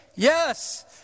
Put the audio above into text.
Yes